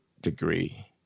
degree